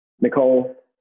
Nicole